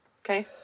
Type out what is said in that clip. Okay